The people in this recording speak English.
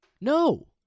No